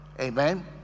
Amen